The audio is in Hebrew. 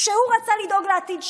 כשהוא רצה לדאוג לעתיד שלו,